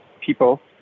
people